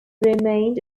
remained